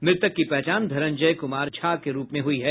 मृतक की पहचान धनंजय कुमार झा के रूप में हुई है